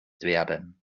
werden